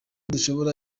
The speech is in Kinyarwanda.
twashobora